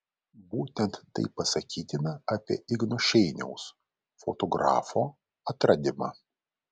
būtent tai pasakytina apie igno šeiniaus fotografo atradimą